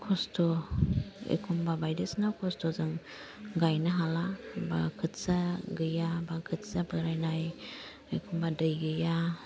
खस्थ एखमबा बायदिसिना खस्थजों गायनो हाला एबा खोथिया गैया एबा खोथिया बोरायनाय एखमबा दै गैया